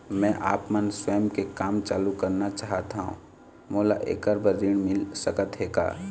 मैं आपमन स्वयं के काम चालू करना चाहत हाव, मोला ऐकर बर ऋण मिल सकत हे का?